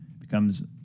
becomes